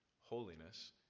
holiness